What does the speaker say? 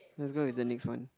let's go with the next one